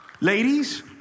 Ladies